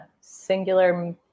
singular